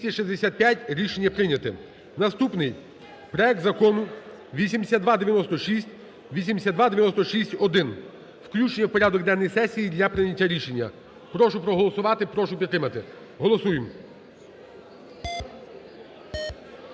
Рішення прийнято. Наступний проект Закону 8296, 8296-1 включення в порядок денний сесії для прийняття рішення. Прошу проголосувати. Прошу підтримати. Голосуємо.